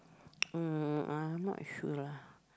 uh I'm not sure lah